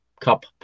cup